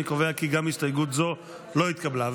אני קובע כי גם הסתייגות זו לא התקבלה.